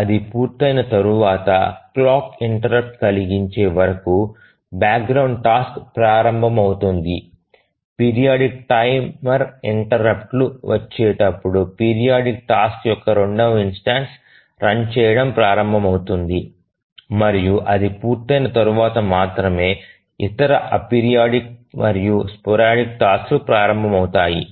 అది పూర్తయిన తర్వాత క్లాక్ ఇంటెర్రుప్ట్ కలిగించే వరకు బ్యాక్గ్రౌండ్ టాస్క్ ప్రారంభమవుతుంది పీరియాడిక్ టైమర్ ఇంటెర్రుప్ట్లు వచ్చేటప్పుడు పీరియాడిక్ టాస్క్ యొక్క రెండవ ఇన్స్టెన్సు రన్ చేయడం ప్రారంభమవుతుంది మరియు అది పూర్తయిన తరువాత మాత్రమే ఇతర అపీరియాడిక్ మరియు స్పారదిక్ టాస్క్ లు ప్రారంభమవుతాయి